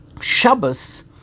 Shabbos